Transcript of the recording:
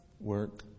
Work